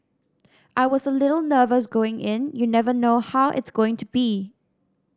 I was a little nervous going in you never know how it's going to be